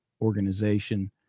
organization